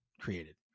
created